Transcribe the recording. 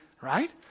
Right